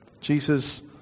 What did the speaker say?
Jesus